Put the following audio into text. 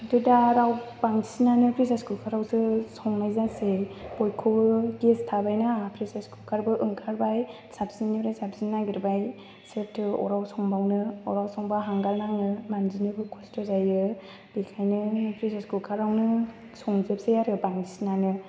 किन्टु दा आरो बांसिनानो फ्रेसार खुखारावसो संनाय जासै बयखौबो गेस थाबायना फ्रेसार खुखारबो ओंखारबाय साबसिननिफ्राय साबसिन नागिरबाय सोरथो अराव संबावनो अराव संबा हांगार नाङो मानजिनोबो खस्थ' जायो बेनिखायनो फ्रेसार खुखारावनो संजोबोसै आरो बांसिनानो